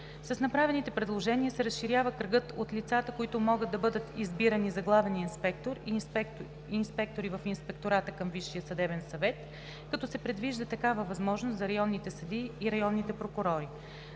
С направените предложения се разширява кръгът от лицата, които могат да бъдат избирани за главен инспектор и инспектори в Инспектората към Висшия съдебен съвет, като се предвижда такава възможност за районните съдии и районните прокурори.